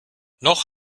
noch